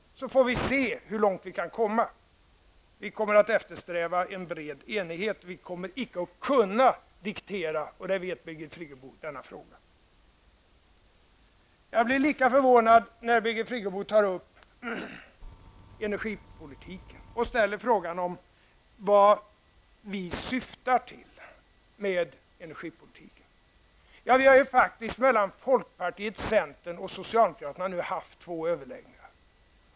Då får vi se hur långt vi kan komma. Vi kommer att eftersträva en bred enighet. Vi kommer icke att kunna diktera i denna fråga, och det vet Birgit Friggebo. Jag blir lika förvånad när Birgit Friggebo tar upp energipolitiken och ställer frågan vad vi syftar till med energipolitiken. Folkpartiet, centern och socialdemokraterna har faktiskt haft två överläggningar.